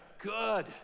Good